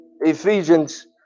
Ephesians